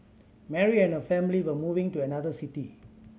Mary and her family were moving to another city